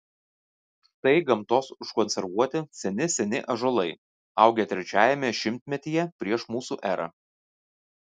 štai gamtos užkonservuoti seni seni ąžuolai augę trečiajame šimtmetyje prieš mūsų erą